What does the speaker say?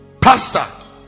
pastor